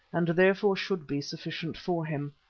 and therefore should be sufficient for him.